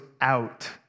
out